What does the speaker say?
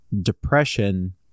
depression